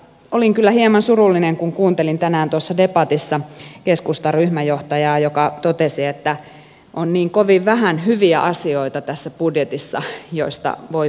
olin kyllä hieman surullinen kun kuuntelin tänään tuossa debatissa keskustan ryhmänjohtajaa joka totesi että on niin kovin vähän hyviä asioita tässä budjetissa joista voi puhua